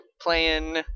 playing